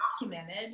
documented